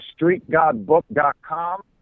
StreetGodBook.com